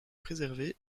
préservée